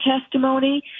testimony